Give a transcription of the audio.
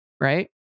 right